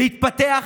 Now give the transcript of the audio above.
להתפתח,